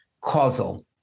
causal